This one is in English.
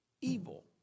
evil